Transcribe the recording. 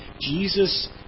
Jesus